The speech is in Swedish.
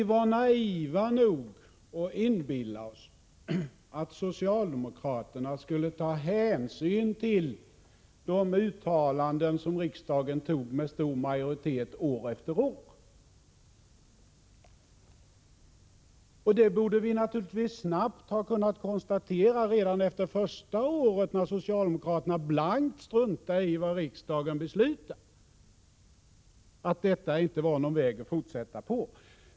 Vi var naiva nog att inbilla oss att socialdemokraterna skulle ta hänsyn till de uttalanden som riksdagen fattat beslut om med stor majoritet år efter år. Vi borde naturligtvis snabbt ha kunnat konstatera redan efter första året, då socialdemokraterna blankt struntade i vad riksdagen hade beslutat, att detta inte var någon väg att fortsätta på.